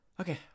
Okay